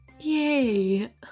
Yay